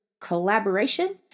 collaboration